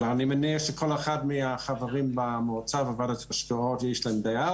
אני מניח שכל אחד מהחברים במועצה ובוועדת ההשקעות יש להם דעה